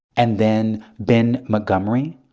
and then ben montgomery,